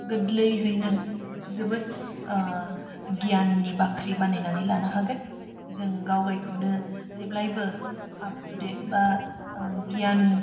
गोरलैहैनो जोबोद गियाननि बाख्रि बानायनानै लानो हागोन जों गावगायखौनो जेब्लायबो आपटुडेट बा गियान